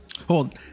Hold